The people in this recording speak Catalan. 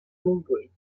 montbui